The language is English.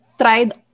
tried